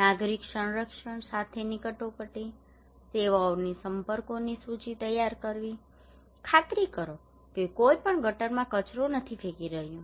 નાગરિક સંરક્ષણ સાથેની કટોકટી સેવાઓની સંપર્કોની સૂચિ તૈયાર કરવી ખાતરી કરો કે કોઈ પણ ગટરમાં કચરો ફેંકી રહ્યું નથી